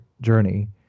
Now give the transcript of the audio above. journey